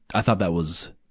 i thought that was